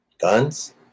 Guns